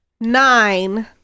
Nine